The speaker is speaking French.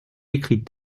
écrit